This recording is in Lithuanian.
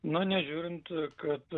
nu nežiūrint kad